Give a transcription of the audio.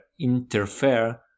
interfere